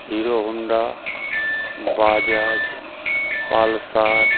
hero Honda Bajaj Pulsar